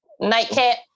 Nightcap